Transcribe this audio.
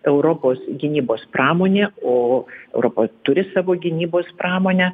europos gynybos pramonė o europa turi savo gynybos pramonę